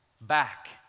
...back